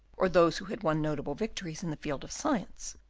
or those who had won notable victories in the field of science,